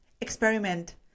experiment